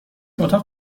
اتاق